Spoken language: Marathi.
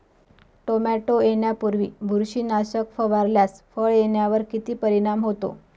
टोमॅटो येण्यापूर्वी बुरशीनाशक फवारल्यास फळ येण्यावर किती परिणाम होतो?